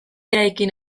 eraikin